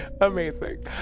Amazing